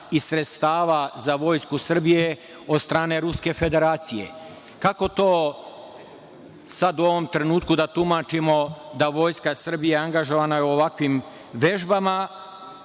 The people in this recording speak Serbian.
i sredstava za Vojsku Srbije od strane Ruska Federacija. Kako to sad u ovom trenutku da tumačimo da je Vojska Srbija angažovana u ovakvim vežbama,